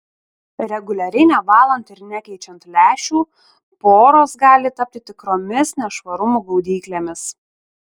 reguliariai nevalant ir nekeičiant lęšių poros gali tapti tikromis nešvarumų gaudyklėmis